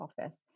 office